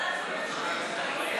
סיעת